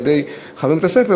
על-ידי חברים בבית-הספר?